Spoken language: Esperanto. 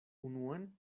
unuan